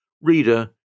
Reader